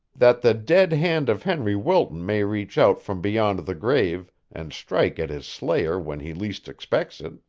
that the dead hand of henry wilton may reach out from beyond the grave and strike at his slayer when he least expects it.